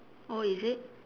oh is it